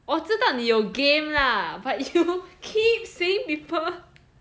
我知道你有 game lah but you know keep saying people